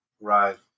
Right